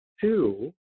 two